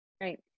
Right